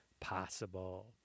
possible